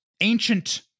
ancient